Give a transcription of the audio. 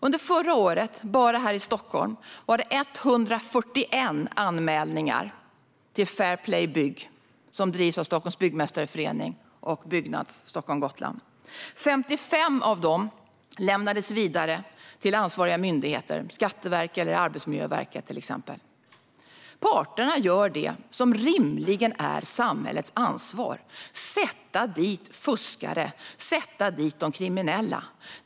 Under förra året var det bara här i Stockholm 141 anmälningar till Fair Play Bygg, som drivs av Stockholms Byggmästareförening och Byggnads Stockholm-Gotland. Av dem lämnades 55 vidare till ansvariga myndigheter, till exempel Skatteverket eller Arbetsmiljöverket. Parterna gör det som rimligen är samhällets ansvar: Att sätta dit fuskare och de kriminella.